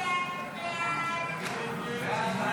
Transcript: סעיפים 5 6, כהצעת